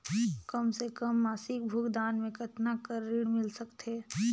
कम से कम मासिक भुगतान मे कतना कर ऋण मिल सकथे?